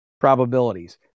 probabilities